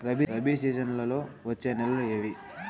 రబి సీజన్లలో వచ్చే నెలలు ఏవి?